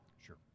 Sure